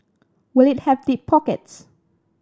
will it have deep pockets